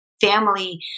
family